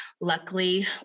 luckily